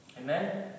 Amen